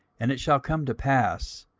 and it shall come to pass,